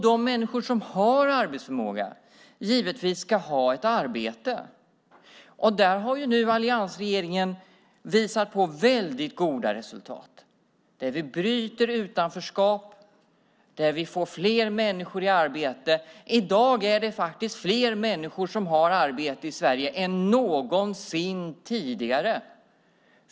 De människor som har arbetsförmåga ska givetvis ha ett arbete. Där har nu alliansregeringen visat på väldigt goda resultat. Vi bryter utanförskap. Vi får fler människor i arbete. I dag är det faktiskt fler människor som har arbete i Sverige än någonsin tidigare.